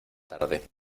tarde